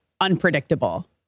unpredictable